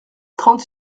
trente